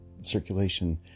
circulation